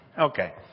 Okay